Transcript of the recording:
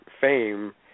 fame